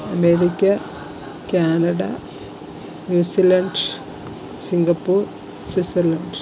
America Canada New Zealand Singapore Switzerland